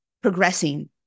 progressing